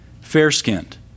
fair-skinned